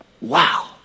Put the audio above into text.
Wow